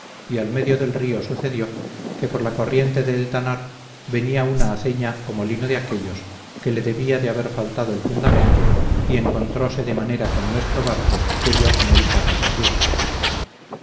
y al medio del río sucedió que por la corriente de eltanar venía una aceña o molino de aquellos que le debía de haber faltado el fundamento y encontrose de manera con nuestro barco que dió con él patas arriba